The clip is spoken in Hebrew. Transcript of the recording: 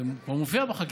זה כבר מופיע בחקיקה.